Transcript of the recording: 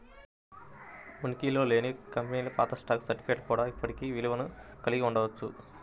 ఉనికిలో లేని కంపెనీల పాత స్టాక్ సర్టిఫికేట్లు కూడా ఇప్పటికీ విలువను కలిగి ఉండవచ్చు